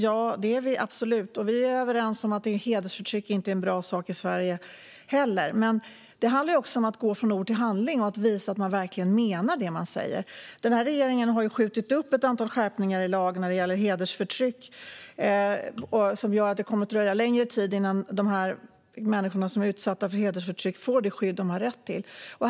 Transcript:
Ja, det är vi absolut. Vi är även överens om att hedersförtryck inte är en bra sak i Sverige. Men det handlar också om att gå från ord till handling och visa att man verkligen menar det man säger. Den här regeringen har ju skjutit upp ett antal lagskärpningar när det gäller hedersförtryck, vilket gör att det kommer att dröja längre tid innan de människor som är utsatta för hedersförtryck får det skydd de har rätt till.